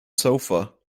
sofa